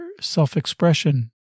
self-expression